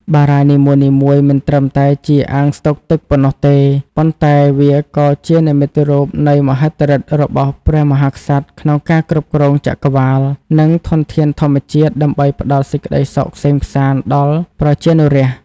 បារាយណ៍នីមួយៗមិនត្រឹមតែជាអាងស្តុកទឹកប៉ុណ្ណោះទេ ប៉ុន្តែវាក៏ជានិមិត្តរូបនៃមហិទ្ធិឫទ្ធិរបស់ព្រះមហាក្សត្រក្នុងការគ្រប់គ្រងចក្រវាល និងធនធានធម្មជាតិដើម្បីផ្ដល់សេចក្តីសុខក្សេមក្សាន្តដល់ប្រជានុរាស្ត្រ។